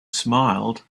smiled